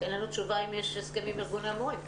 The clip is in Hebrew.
אין לנו תשובה אם יש הסכם עם ארגוני המורים.